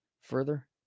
further